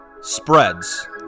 spreads